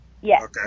Yes